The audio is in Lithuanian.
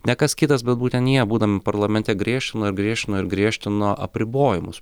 ne kas kitas bet būtent jie būdami parlamente griežtino ir griežtino ir griežtino apribojimus